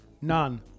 None